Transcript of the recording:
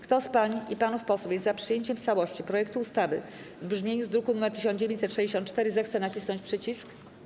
Kto z pań i panów posłów jest za przyjęciem w całości projektu ustawy w brzmieniu z druku nr 1964, zechce nacisnąć przycisk.